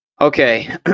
Okay